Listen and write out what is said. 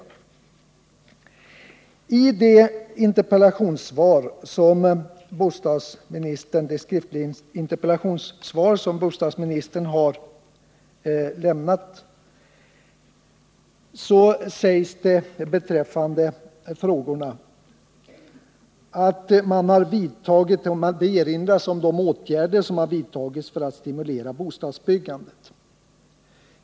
I det interpellationssvar som bostadsministern har lämnat erinras om de åtgärder som har vidtagits för att stimulera bostadsbyggandet.